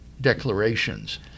declarations